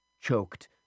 choked